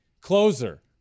Closer